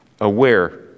aware